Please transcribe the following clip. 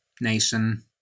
nation